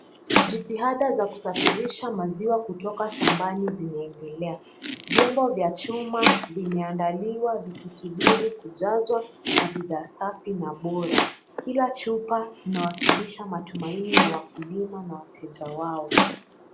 Jitihada za kusafirisha maziwa kutoka shambani zinaendelea. Vyombo vya chuma vimeandaliwa vikisubiri kujazwa na bidhaa safi na bora. Kila chupa inawakilisha matumaini ya wakulima na wateja wao.